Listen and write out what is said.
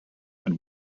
and